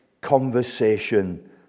conversation